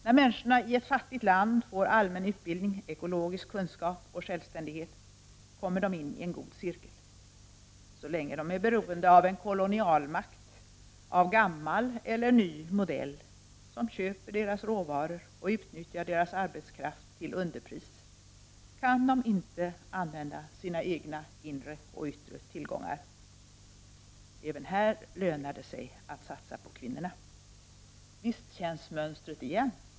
När människorna i ett fattigt land får allmän utbildning, ekologisk kunskap och självständighet kommer de in i en god cirkel. Så länge de är beroende av en kolonialmakt av gammal eller ny modell, som köper deras råvaror och utnyttjar deras arbetskraft till underpris kan de inte använda sina egna inre och yttre tillgångar. Även på detta område lönar det sig att satsa på kvinnorna! Visst känns mönstret igen.